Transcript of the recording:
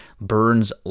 burns